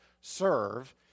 serve